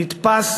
נתפס